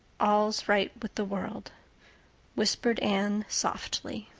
all's right with the world whispered anne softly.